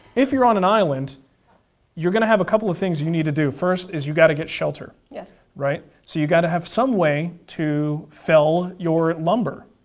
if you're on an island you're going to have a couple of things you need to do. first, is you got to get shelter, right, so you got to have some way to fell your lumber,